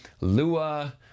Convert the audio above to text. Lua